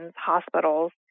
hospitals